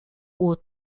aux